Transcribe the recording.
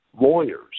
lawyers